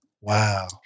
Wow